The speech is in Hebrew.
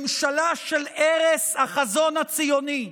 ממשלה של הרס החזון הציוני,